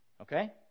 Okay